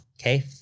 okay